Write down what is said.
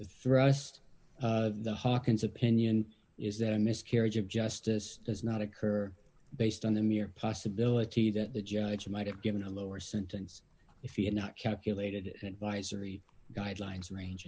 of the hawkins opinion is that a miscarriage of justice does not occur based on the mere possibility that the judge might have given a lower sentence if he had not calculated advisory guidelines range